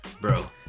bro